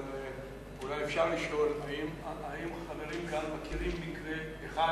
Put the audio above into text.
אבל אולי אפשר לשאול האם חברים כאן מכירים מקרה אחד,